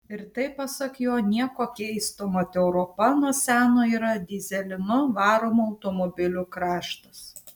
ir tai pasak jo nieko keisto mat europa nuo seno yra dyzelinu varomų automobilių kraštas